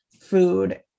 food